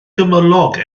gymylog